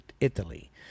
Italy